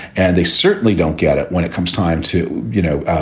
and they certainly don't get it when it comes time to, you know,